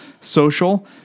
social